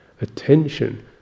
attention